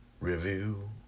review